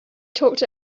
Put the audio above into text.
talked